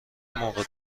موقع